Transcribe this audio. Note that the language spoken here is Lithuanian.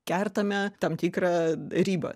kertame tam tikrą ribą